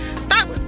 Stop